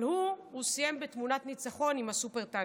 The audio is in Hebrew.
אבל הוא סיים בתמונת ניצחון עם הסופר-טנקר.